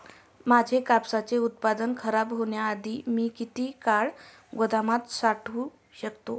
माझे कापसाचे उत्पादन खराब होण्याआधी मी किती काळ गोदामात साठवू शकतो?